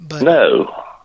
No